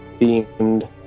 themed